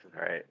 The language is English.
Right